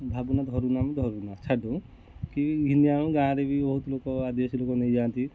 ଭାବୁନା ଧରୁନା ଧରୁନା ଛାଡ଼ି ଦେଉ କି ଘିନି ଆଣୁ ଗାଁରେ ବି ବହୁତ୍ ଲୋକ ଆଦିବାସୀ ଲୋକମାନେ ନେଇଯାଆନ୍ତି